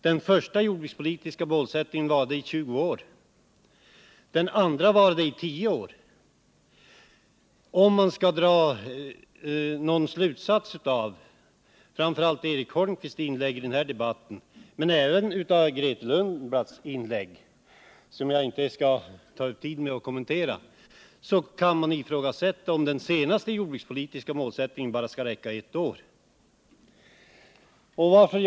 Den första varade i 20 år, och den andra varade i 10 år. Om man skall dra några slutsatser av framför allt Eric Holmqvists inlägg i debatten men även av Grethe Lundblads — som jag inte skall ta upp tid med att kommentera — kan man fråga sig om den senaste jordbrukspolitiska målsättningen bara skall räcka ett år.